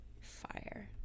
Fire